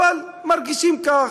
אבל מרגישים כך.